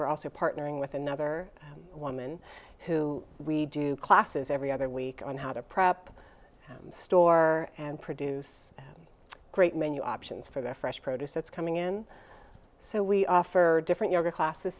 we're also partnering with another woman who we do classes every other week on how to prop store and produce great menu options for the fresh produce that's coming in so we offer different yoga classes